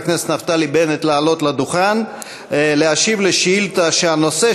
הכנסת נפתלי בנט לעלות לדוכן ולהשיב על שאילתה שהנושא